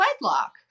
wedlock